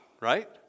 right